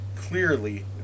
clearly